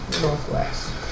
northwest